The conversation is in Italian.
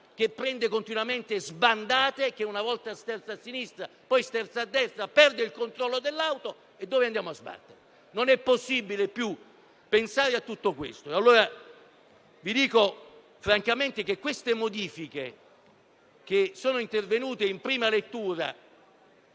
che prende continuamente sbandate, una volta sterza a sinistra e una a destra, perdendo il controllo dell'auto; dove andiamo a sbattere? Non è più possibile pensare a tutto questo. Pertanto, dico francamente che le modifiche intervenute in prima lettura